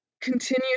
Continue